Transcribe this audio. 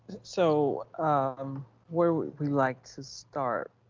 so um where would we like to start?